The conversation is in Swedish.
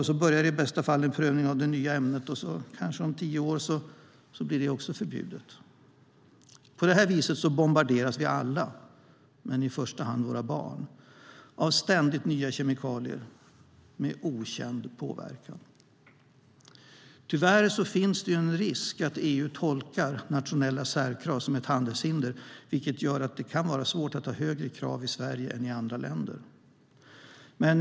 I bästa fall börjar sedan en prövning av det nya ämnet, och efter kanske tio år blir det också förbjudet. På detta vis bombarderas vi alla, men i första hand våra barn, av ständigt nya kemikalier med okänd påverkan. Tyvärr finns en risk att EU tolkar nationella särkrav som ett handelshinder, vilket gör att det kan vara svårt att ha högre krav i Sverige än i andra länder.